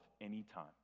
anytime